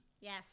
Yes